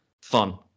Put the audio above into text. fun